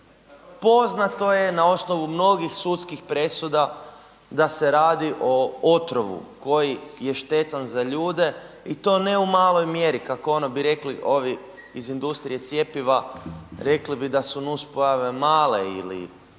Poznato je na osnovu mnogih sudskih presuda da se radi o otrovu koji je štetan za ljude i to ne u maloj mjeri kako ono bi rekli ovi iz industrije cjepiva, rekli bi da su nuspojave male ili